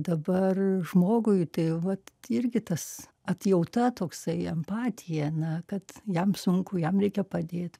dabar žmogui tai vat irgi tas atjauta toksai empatija na kad jam sunku jam reikia padėt